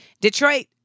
Detroit